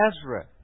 ezra